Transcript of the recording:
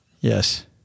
Yes